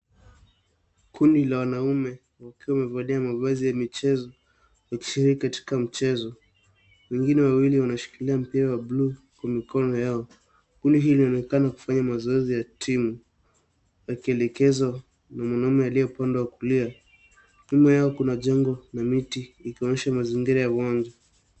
Kundi la wanaume wakiwa wamevalia mavazi ya michezo wakishiriki katika mchezo, wengine wawili wanashikilia mpira ya bluu kwa mikono yao kundi hili linaonekana kufanya mazoezi ya timu akielekezwa na mwanaume aliye upande wa kulia, nyuma yao kuna jengo na miti ikionyesha mazingira ya uwanja.